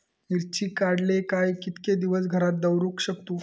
मिर्ची काडले काय कीतके दिवस घरात दवरुक शकतू?